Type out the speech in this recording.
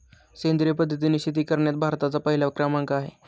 सेंद्रिय पद्धतीने शेती करण्यात भारताचा पहिला क्रमांक आहे